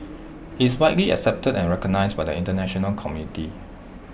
he is widely accepted and recognised by the International community